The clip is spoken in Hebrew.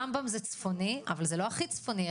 רמב"ם זה צפוני אבל זה לא הכי צפוני,